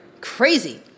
crazy